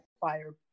fire